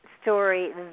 story